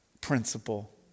principle